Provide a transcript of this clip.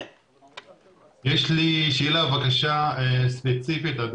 יש לי שאלה, בקשה ספציפית.